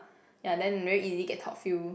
ya then very easy get top few